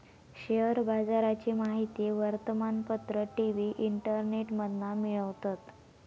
share बाजाराची माहिती वर्तमानपत्र, टी.वी, इंटरनेटमधना मिळवतत